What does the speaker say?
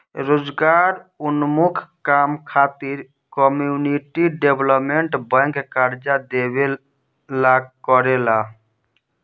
रोजगारोन्मुख काम खातिर कम्युनिटी डेवलपमेंट बैंक कर्जा देवेला करेला